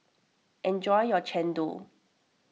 enjoy your Chendol